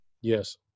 Yes